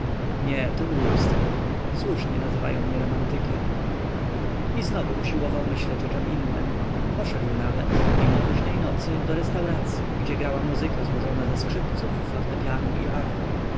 nie to głupstwo słusznie nazywają mnie romantykiem i znowu usiłował myśleć o czem innem poszedł nawet mimo późnej nocy do restauracyi gdzie grała muzyka złożona ze skrzypców fortepianu i